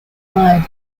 blood